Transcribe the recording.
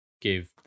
give